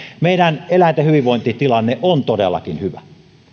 meidän eläintemme hyvinvointitilanne on todellakin hyvä